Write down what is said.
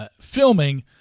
filming